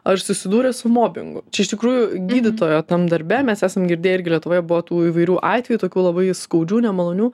ar susidūrėt su mobingu čia iš tikrųjų gydytojo tam darbe mes esam girdėję irgi lietuvoje buvo tų įvairių atvejų tokių labai skaudžių nemalonių